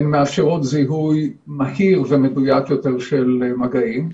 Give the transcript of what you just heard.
הן מאפשרות זיהוי מהיר ומדויק יותר של מגעים.